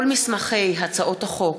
כל מסמכי הצעות החוק,